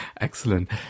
Excellent